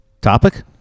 Topic